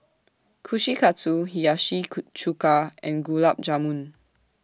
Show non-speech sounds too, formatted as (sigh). Kushikatsu Hiyashi (unintelligible) Chuka and Gulab Jamun